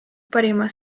parima